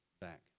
back